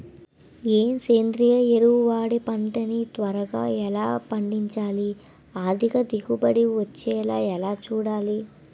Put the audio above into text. ఏ సేంద్రీయ ఎరువు వాడి పంట ని త్వరగా ఎలా పండించాలి? అధిక దిగుబడి వచ్చేలా ఎలా చూడాలి?